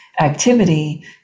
activity